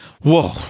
Whoa